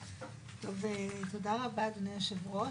תודה רבה, אדוני היושב-ראש.